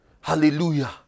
Hallelujah